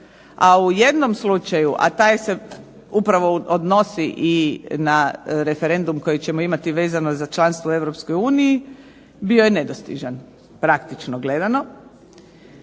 a u jednom slučaju a taj se upravo odnosi i na referendum vezano na članstvo u Europskoj uniji, bio je nedostižan praktični gledano.